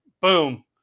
boom